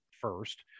first